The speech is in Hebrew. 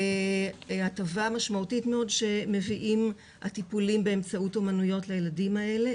הטבה משמעותית מאוד שמביאים הטיפולים באמצעות אומנויות לילדים האלה.